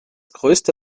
größte